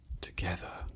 Together